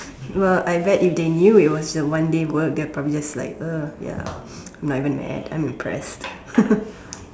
well I bet if they knew it was a one day work they'll probably just like uh ya I'm not even mad I'm impressed